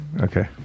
Okay